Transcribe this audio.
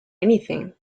anything